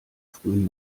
frühen